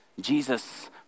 Jesus